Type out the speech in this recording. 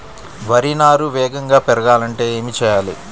వరి నారు వేగంగా పెరగాలంటే ఏమి చెయ్యాలి?